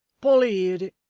polly heerd it.